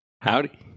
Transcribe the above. Howdy